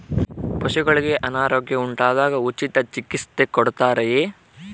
ಪಶುಗಳಿಗೆ ಅನಾರೋಗ್ಯ ಉಂಟಾದಾಗ ಉಚಿತ ಚಿಕಿತ್ಸೆ ಕೊಡುತ್ತಾರೆಯೇ?